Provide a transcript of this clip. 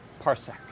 Parsec